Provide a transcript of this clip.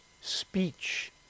speech